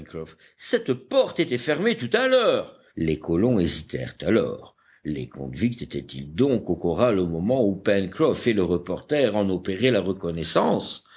cette porte était fermée tout à l'heure les colons hésitèrent alors les convicts étaient-ils donc au corral au moment où pencroff et le reporter en opéraient la reconnaissance